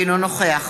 אינו נוכח